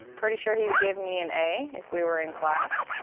pretty sure he would give me an a if we were in class.